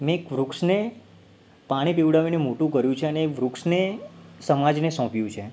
મેં એક વૃક્ષને પાણી પીવડાવીને મોટું કર્યું છે અને એ વૃક્ષને સમાજને સોંપ્યું છે